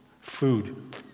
food